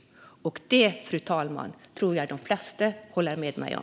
Det tror jag, fru talman, att de flesta håller med mig om.